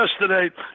yesterday